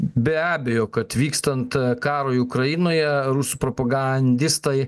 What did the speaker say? be abejo kad vykstant karui ukrainoje rusų propagandistai